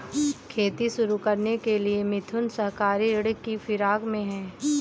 खेती शुरू करने के लिए मिथुन सहकारी ऋण की फिराक में है